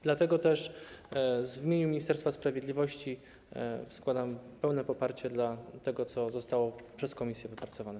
Dlatego też w imieniu Ministerstwa Sprawiedliwości wyrażam pełne poparcie dla tego, co zostało przez komisję wypracowane.